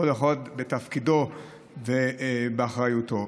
כל אחד בתפקידו ובאחריותו.